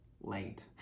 late